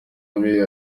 abe